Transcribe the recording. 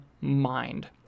mind